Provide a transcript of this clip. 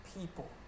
people